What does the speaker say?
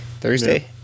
Thursday